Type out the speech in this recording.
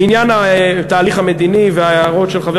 לעניין התהליך המדיני וההערות של חבר